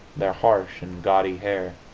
their harsh and gaudy hair.